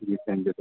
G thank you